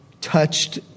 touched